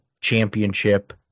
championship